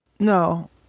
No